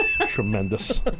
Tremendous